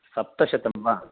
सप्तशतं वा